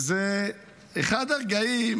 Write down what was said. אני חושב שזה אחד הרגעים